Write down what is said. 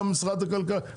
גם משרד הכלכלה,